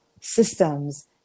systems